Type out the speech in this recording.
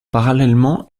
parallèlement